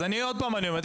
אז עוד פעם אני אומר,